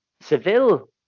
Seville